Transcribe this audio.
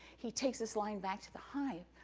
he takes this line back to the hive,